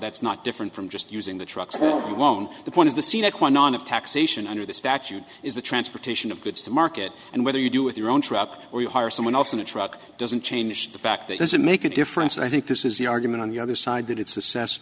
that's not different from just using the trucks alone the point is the scenic one non of taxation under the statute is the transportation of goods to market and whether you do with your own truck or you hire someone else in a truck doesn't change the fact that there's a make a difference and i think this is the argument on the other side that it's assessed